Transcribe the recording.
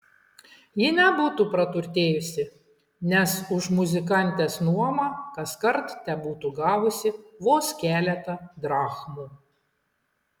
ji nebūtų praturtėjusi nes už muzikantės nuomą kaskart tebūtų gavusi vos keletą drachmų